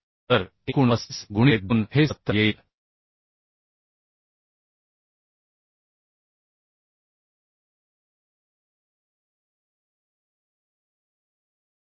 तर एकूण 35 गुणिले 2हे 70 येईल